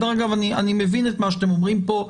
אני מבין את מה שאתם אומרים פה,